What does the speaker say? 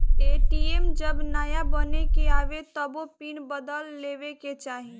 ATM जब नाया बन के आवे तबो पिन बदल लेवे के चाही